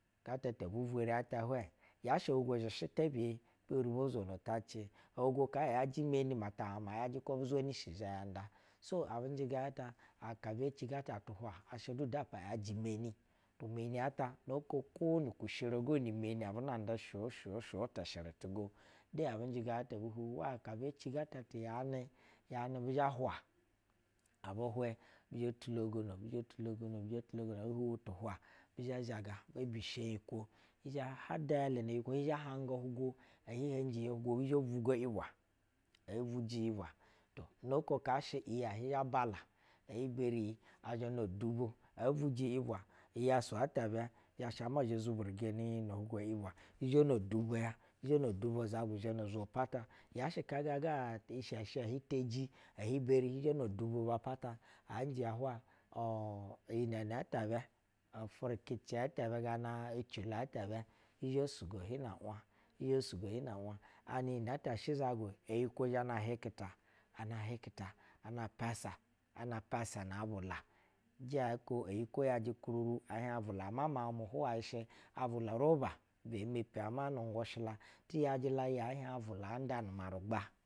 Igɛtɛ te bu uwori a ta hwɛ, yashɛ ohugwo zhɛ tebiye, be eri bo zwono tacɛ, ohugwo yajɛ meni mma tahana kwo bu zweni izhv ya nda. So abɛnjɛ ga ta aka bɛ ci ga tu hwa asha ata yajɛ meni meni ata kwo nu kushere go ne meni abu nda zwɛ cwɛ cwɛ tishɛrɛ tu go. Aka bv ci gata ti yanɛ, bi zha hwa abɛ hwɛ bi zhɛ tulogono bizhɛ tulogono bishɛ tulogono ɛbu huwi tu hwa bi zhɛ zhaga bi zhɛ mbisheeyikwo bi zhɛ hada ya n bi zhɛ hanga ohugwo yibwa. Noko ka shɛ iyi bi zhɛ bala, ebi beri ɛzhɛ no dubo. Evuji yibwa iyɛsu tɛ bɛ zhɛ sha ma izhɛ zuburije unu bɛ no ofwo ta’yibwa hi zhɛ no dubo hi zhɛ nna dubo ya izɛgu zhɛ no zwo pata. yashɛ kaa ga na ga ashasha ehi beji ehi beri hi no dubo bapata. A hi njɛ ya hwa u u- iyi nɛ taya afurɛkɛcɛ ta ya ecilo ata bɛ hi sugo hi n awa hi sugo hi n awa an inɛtɛ shɛ izɛgu eyikwo zhɛ na hikita ana pasa ana pas ana avula, ijɛ eyikwo yajɛ kururu ehiɛ avula. ijɛ eyikwo yajɛ kururu ehie avula ama miauh huwai shɛ avula roba ibɛ emepi ama nu ngushɛ la ti ya la iya anda nu marugba.